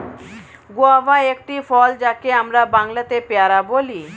guava একটি ফল যাকে আমরা বাংলাতে পেয়ারা বলি